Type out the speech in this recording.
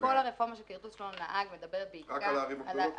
כל הרפורמה של הכרטוס שלנו מדברת בעיקר על